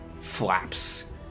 flaps